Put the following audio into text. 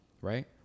right